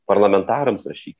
parlamentarams rašykit